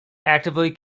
actively